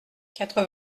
quatre